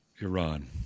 Iran